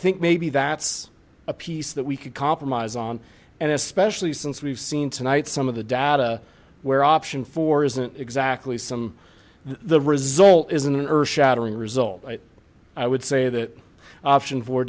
think maybe that's a piece that we could compromise on and especially since we've seen tonight some of the data where option four isn't exactly some the result isn't an earth shattering result i would say that option fo